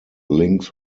links